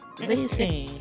Listen